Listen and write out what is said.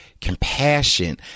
compassion